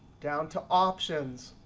down to options.